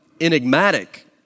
enigmatic